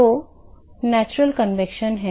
तो प्राकृतिक संवहन है